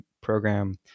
program